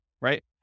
right